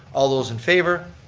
all those in favor,